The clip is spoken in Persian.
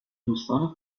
دوستان